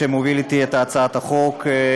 שמוביל אתי את הצעת החוק,